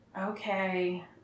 okay